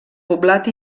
poblat